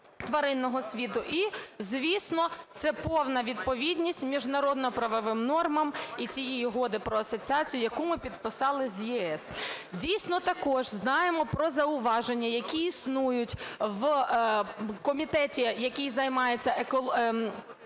тваринного світу. І, звісно, це повна відповідність міжнародно-правовим нормам і тієї Угоди про асоціацію, яку ми підписали з ЄС. Дійсно, також знаємо про зауваження, які існують в комітеті, який займається екологічною